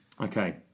Okay